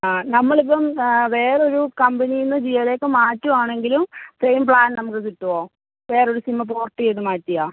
ആ നമ്മൾ ഇപ്പം വേറൊരു കമ്പനിയിൽ നിന്ന് ജിയോയിലേക്ക് മാറ്റുവാണെങ്കിലും സെയിം പ്ലാൻ നമുക്ക് കിട്ടുമോ വേറൊരു സിം പോർട്ട് ചെയ്ത് മാറ്റിയാൽ